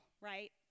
right